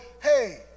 hey